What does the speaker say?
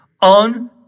on